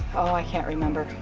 oh, i can't remember